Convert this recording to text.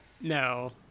No